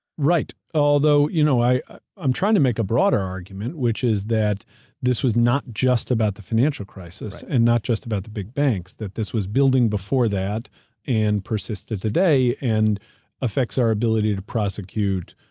right, although you know i'm trying to make a broader argument, which is that this was not just about the financial crisis and not just about the big banks. that this was building before that and persistent today, and affects our ability to prosecute.